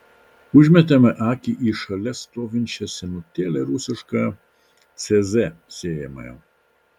užmetame akį ir į šalia stovinčią senutėlę rusišką cz sėjamąją